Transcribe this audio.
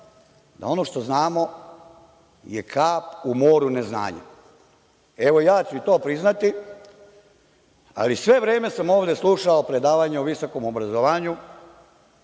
da ono što znamo je kap u moru neznanja. Evo, ja ću i to priznati, ali sve vreme sam ovde slušao predavanja o visokom obrazovanju